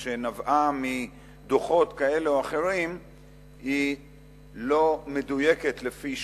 שנבעה מדוחות כאלה או אחרים היא לא מדויקת לפי שעה,